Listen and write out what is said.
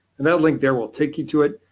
and that link there will take you to it.